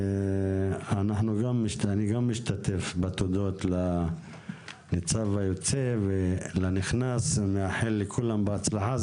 גם אני רוצה להודות לניצב היוצא ולניצב הנכנס ומאחל לכולם הצלחה.